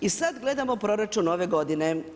I sad gledamo proračun ove godine.